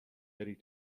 eddie